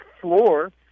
floor